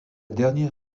dernière